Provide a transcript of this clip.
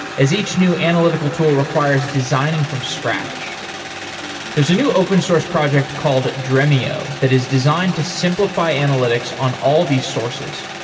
as each new analytical tool requires designing from scratch there's a new open source project called dremio that is designed to simplify analytics on all these sources.